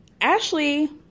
Ashley